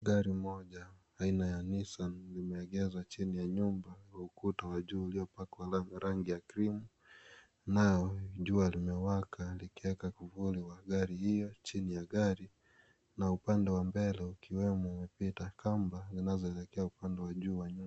Gari moja aina ya Nissan limeegeshwa chini ya nyumba ya ukuta wa juu uliopakwa na rangi ya krimu nayo jua limewaka likiweka kuvuki wab gari hiyo chini ya gari na upande wa mbele ukiwemo ukiwa umepita kamba zinazoelekea upande wa juu wa nyumba.